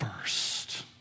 first